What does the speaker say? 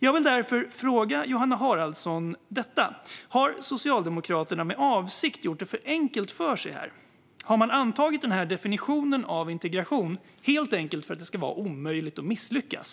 Jag vill därför fråga Johanna Haraldsson detta: Har Socialdemokraterna med avsikt gjort det för enkelt för sig här? Har man antagit denna definition av integration helt enkelt för att det ska vara omöjligt att misslyckas?